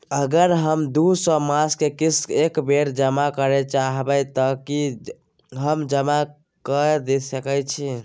अगर हम दू मास के किस्त एक बेर जमा करे चाहबे तय की हम जमा कय सके छि?